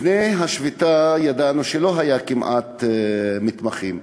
לפני השביתה ידענו שלא היו כמעט מתמחים.